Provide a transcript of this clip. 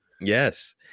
yes